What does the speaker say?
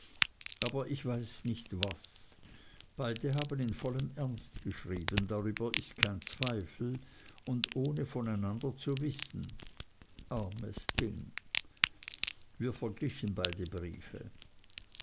aber ich weiß nicht was beide haben in vollem ernst geschrieben darüber ist kein zweifel und ohne voneinander zu wissen armes ding wir verglichen beide briefe